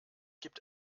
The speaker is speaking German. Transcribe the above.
gibt